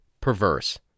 perverse